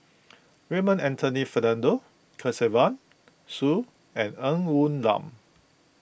Raymond Anthony Fernando Kesavan Soon and Ng Woon Lam